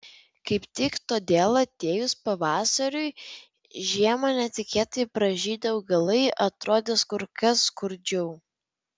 kaip tik todėl atėjus pavasariui žiemą netikėtai pražydę augalai atrodys kur kas skurdžiau